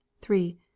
three